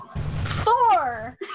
Four